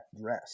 dress